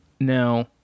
now